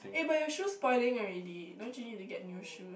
eh but your shoes spoiling already don't you need to get new shoe